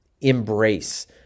embrace